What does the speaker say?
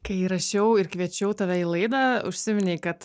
kai rašiau ir kviečiau tave į laidą užsiminei kad